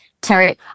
Terry